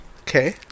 Okay